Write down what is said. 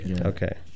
Okay